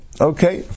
Okay